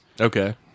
Okay